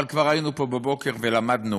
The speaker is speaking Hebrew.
אבל כבר היינו פה בבוקר ולמדנו